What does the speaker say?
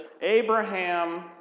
Abraham